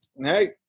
Hey